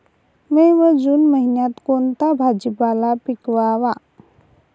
मे व जून महिन्यात कोणता भाजीपाला पिकवावा?